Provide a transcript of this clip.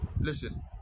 listen